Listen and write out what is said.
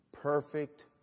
perfect